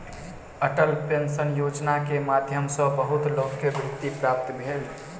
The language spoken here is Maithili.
अटल पेंशन योजना के माध्यम सॅ बहुत लोक के वृत्ति प्राप्त भेल